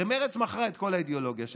הרי מרצ מכרה את כל האידיאולוגיה שלה.